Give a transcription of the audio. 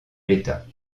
l’état